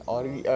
oh